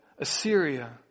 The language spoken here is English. Assyria